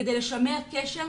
כדי לשמר קשר,